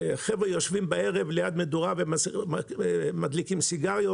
יושבים בערב ליד מדורה ומדליקים סיגריות.